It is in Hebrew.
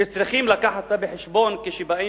שצריכים לקחת אותה בחשבון כשבאים